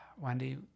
Wendy